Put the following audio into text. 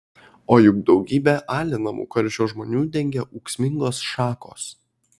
o juk daugybę alinamų karščio žmonių dengia ūksmingos šakos